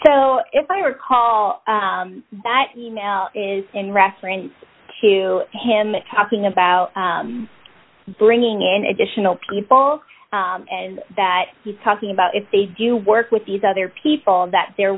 so if i recall that e mail is in reference to him talking about bringing in additional people and that he's talking about if they do work with these other people that there